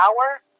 power